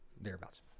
thereabouts